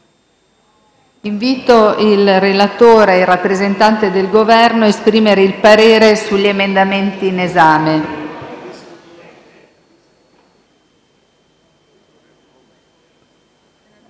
Invito il relatore e il rappresentante del Governo a pronunziarsi sugli emendamenti in esame.